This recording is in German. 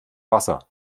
wasser